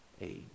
age